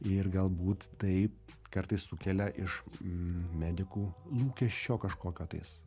ir galbūt taip kartais sukelia iš medikų lūkesčio kažkokio tais